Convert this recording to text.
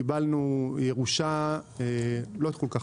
קיבלנו ירושה לא טובה כל כך.